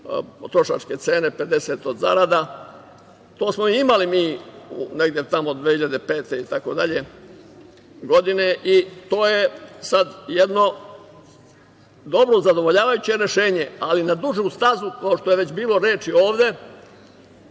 potrošačke cene, a 50 od zarada. To smo imali mi negde tamo 2005. godine itd. To je sad jedno zadovoljavajuće rešenje, ali na duže staze, kao što je već bilo reči ovde,